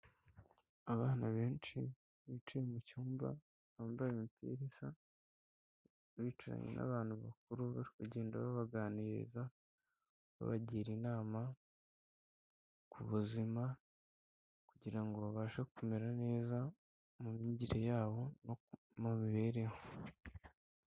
Abana benshi bicaye mu cyumba bambaye imipira isa, bicaranye n'abantu bakuru barikugenda babaganiriza, babagira inama ku buzima kugira ngo babashe kumera neza mu myigire yabo no mu mibereho.